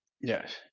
Yes